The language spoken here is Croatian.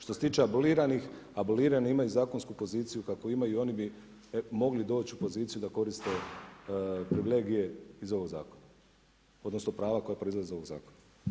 Što se tiče aboliranih, abolirani imaju zakonsku poziciju kakvu imaju i oni bi mogli doći u poziciju da koriste privilegije iz ovog zakona, odnosno prava koja proizlaze u ovom zakonu.